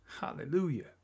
Hallelujah